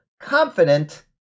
confident